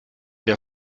der